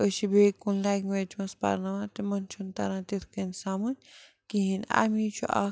أسۍ چھِ بیٚیہِ کُنہِ لٮ۪نٛگویج منٛز پَرناوان تِمَن چھُنہٕ تَران تِتھ کٔنۍ سَمٕجھ کِہیٖنۍ اَمی چھُ اَکھ